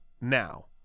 now